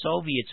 Soviets